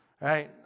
Right